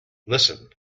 listen